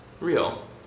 Real